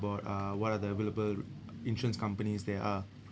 about uh what are the available insurance companies there are